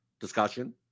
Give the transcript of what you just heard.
discussion